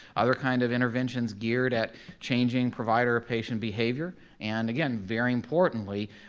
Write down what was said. other kind of interventions geared at changing provider-patient behavior and again, very importantly,